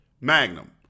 Magnum